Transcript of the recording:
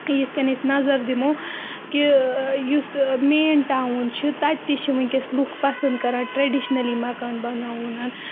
یِتھ کٔنۍ أسۍ نظر دِمو کہِ یُس مین ٹاوُن چھِ تَتہِ تہِ چھِ وٕنکیٚس لُکھ پَسنٛد کَران ٹرٛیڈِشنٔلی مکان بَناوُن